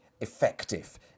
effective